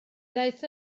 ddaeth